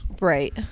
right